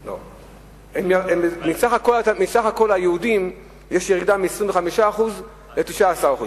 לא, מסך כל היהודים, יש ירידה מ-25% ל-19%.